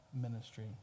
ministry